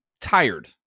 tired